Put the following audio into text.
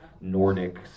Nordic